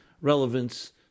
relevance